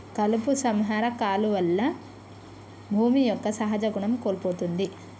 కలుపు సంహార కాలువల్ల భూమి యొక్క సహజ గుణం కోల్పోతుంది